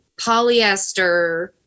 polyester